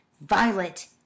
Violet